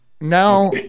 Now